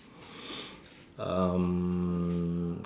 um